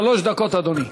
שלוש דקות, אדוני.